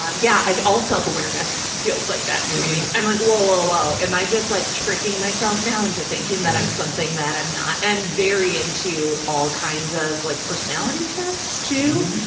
um yeah. i've, all self-awareness feels like that to me. i'm like, woah, woah, woah. am i just like tricking myself now into thinking that i'm something that i'm not? i'm very into all kinds of like personality tests, too.